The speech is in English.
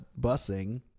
busing